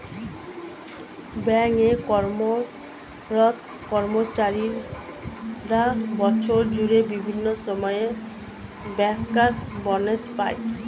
bank এ কর্মরত কর্মচারীরা বছর জুড়ে বিভিন্ন সময়ে ব্যাংকার্স বনাস পায়